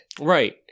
Right